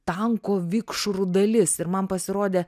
tanko vikšrų dalis ir man pasirodė